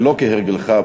שלא כהרגלך,